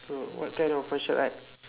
oh what kind of martial art